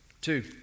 two